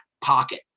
pocket